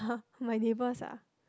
my neighbours ah